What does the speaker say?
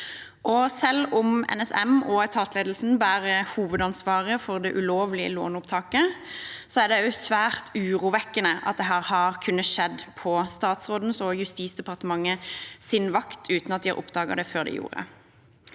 Selv om NSM og etatsledelsen bærer hovedansvaret for det ulovlige låneopptaket, er det også svært urovekkende at dette har kunnet skje på statsrådens vakt og i Justisdepartementet uten at de har oppdaget det før de gjorde.